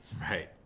Right